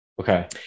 Okay